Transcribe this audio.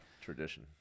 Tradition